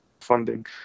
funding